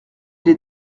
les